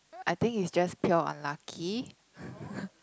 I think it's just pure unlucky